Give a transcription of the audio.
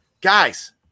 Guys